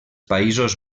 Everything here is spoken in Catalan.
països